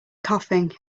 coughing